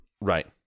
Right